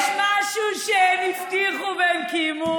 יש משהו שהם הבטיחו והם קיימו?